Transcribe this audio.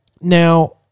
now